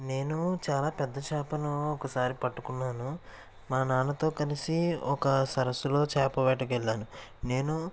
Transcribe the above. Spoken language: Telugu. నేను చాలా పెద్ద చేపను ఒకసారి పట్టుకున్నాను మా నాన్నతో కలిసి ఒక సరస్సులో చేప వేటకు వెళ్లాను నేను